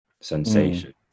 sensation